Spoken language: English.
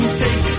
take